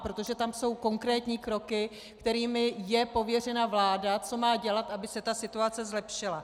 Protože tam jsou konkrétní kroky, kterými je pověřena vláda, co má dělat, aby se ta situace zlepšila.